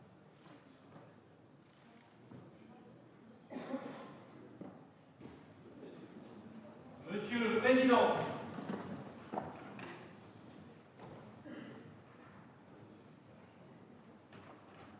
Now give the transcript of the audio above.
Monsieur le président, monsieur le président